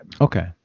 okay